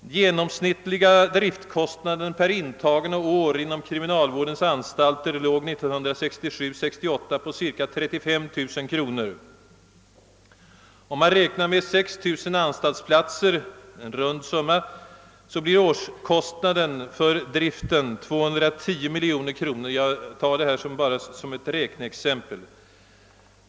Den genomsnittliga driftkostnaden per intagen och år inom kriminalvårdens anstalter låg 1967/ 68 på 35 000 kronor. Om man för bekvämlighetens skull räknar med i runt tal 6 000 anstaltsplatser, blir totala årskostnaden för anstaltsdriften 210 miljoner kronor — jag nämner dessa siffror bara för att få en uppfattning om storleksordningen.